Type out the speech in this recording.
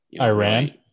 Iran